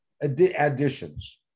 additions